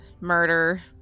murder